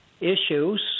issues